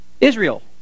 Israel